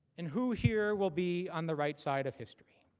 and who here will be on the right side of history.